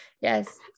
Yes